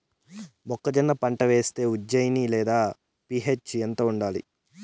మొక్కజొన్న పంట వేస్తే ఉజ్జయని లేదా పి.హెచ్ ఎంత ఉండాలి?